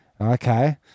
Okay